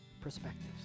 perspectives